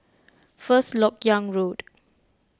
First Lok Yang Road